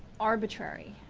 arbitrary.